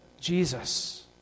Jesus